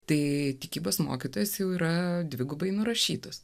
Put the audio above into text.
tai tikybos mokytojas jau yra dvigubai nurašytus